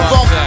Fuck